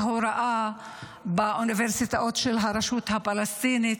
ההוראה באוניברסיטאות של הרשות הפלסטינית.